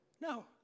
No